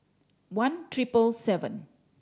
one triple seven